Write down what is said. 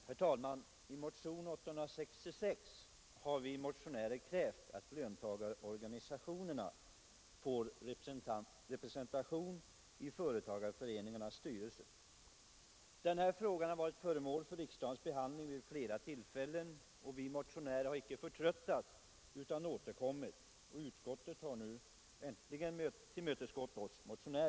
Herr talman! I motionen 866 har vi motionärer krävt att löntagarorganisationerna skall få representation i företagareföreningarnas styrelser. Den här frågan har varit föremål för riksdagens behandling vid flera tillfällen, och vi motionärer har icke förtröttats utan återkommit. Utskottet har nu äntligen tillmötesgått oss.